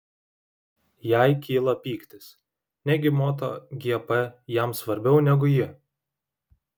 jai kyla pyktis negi moto gp jam svarbiau negu ji